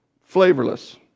flavorless